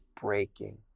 breaking